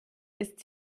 ist